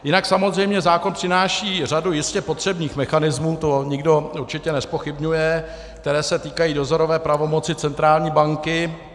Jinak samozřejmě zákon přináší řadu jistě potřebných mechanismů, to nikdo určitě nezpochybňuje, které se týkají dozorové pravomoci centrální banky.